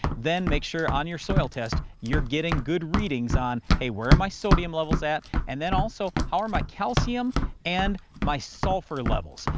then make sure on your soil test you're getting good readings on, hey, where are my sodium levels at? and then also, how are my calcium and my sulfur levels?